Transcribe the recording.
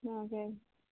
তাকে